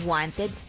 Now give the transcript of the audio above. Wanted